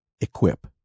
equip